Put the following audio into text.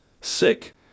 sick